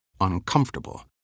uncomfortable